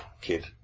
kid